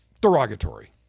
derogatory